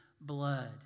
blood